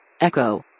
Echo